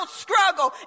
struggle